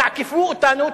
תעקפו אותנו,